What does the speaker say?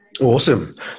Awesome